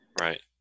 Right